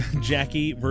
Jackie